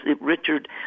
Richard